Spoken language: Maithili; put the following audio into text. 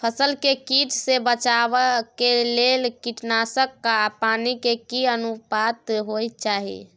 फसल के कीट से बचाव के लेल कीटनासक आ पानी के की अनुपात होय चाही?